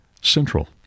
Central